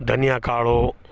ಧನಿಯಾ ಕಾಳು